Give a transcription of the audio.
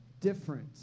different